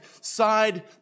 side